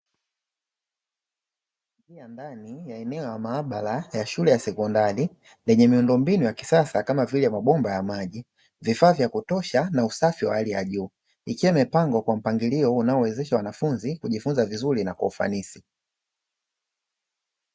Eneo la maabara ya shule ya sekondari lenye miundombinu ya kisasa kama vile mabomba ya maji vifaa vya kutosha na usafi wa hali ya juu, ikiwa mipango kwa mpangilio unaowezesha wanafunzi kujifunza vizuri na kwa ufanisi.